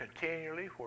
continually